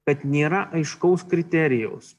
kad nėra aiškaus kriterijaus